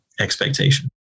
expectation